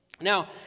Now